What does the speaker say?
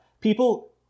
People